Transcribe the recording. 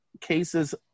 cases